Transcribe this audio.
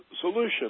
solution